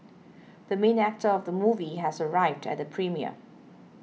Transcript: the main actor of the movie has arrived at the premiere